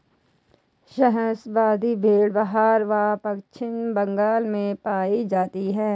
शाहाबादी भेड़ बिहार व पश्चिम बंगाल में पाई जाती हैं